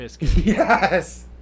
Yes